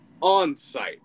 On-site